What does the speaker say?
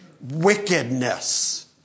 wickedness